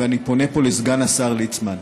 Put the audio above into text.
אני פונה פה לסגן השר ליצמן.